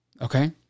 Okay